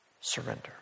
surrender